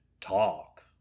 talk